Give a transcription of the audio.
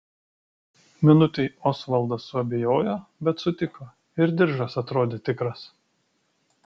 minutei osvaldas suabejojo bet sutiko ir diržas atrodė tikras